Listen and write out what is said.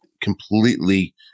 completely